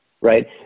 Right